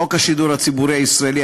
חוק השידור הציבורי הישראלי,